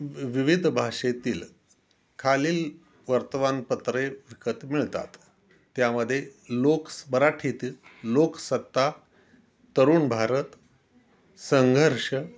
वि विविध भाषेतील खालील वर्तमानपत्रे विकत मिळतात त्यामध्ये लोकस मराठीतील लोकसत्ता तरुण भारत संघर्ष